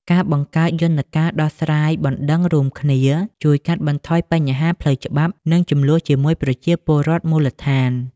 ការបង្កើតយន្តការដោះស្រាយបណ្ដឹងរួមគ្នា ជួយកាត់បន្ថយបញ្ហាផ្លូវច្បាប់ និងជម្លោះជាមួយប្រជាពលរដ្ឋមូលដ្ឋាន។